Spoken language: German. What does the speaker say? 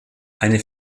eine